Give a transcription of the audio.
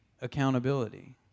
accountability